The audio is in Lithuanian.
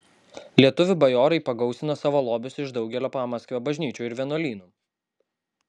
lietuvių bajorai pagausino savo lobius iš daugelio pamaskvio bažnyčių ir vienuolynų